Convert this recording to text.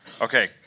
Okay